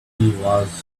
watched